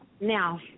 Now